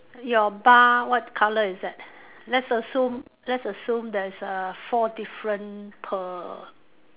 your bar what colour is it let's assume let's assume there's uh four different per